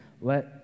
let